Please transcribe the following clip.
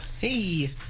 Hey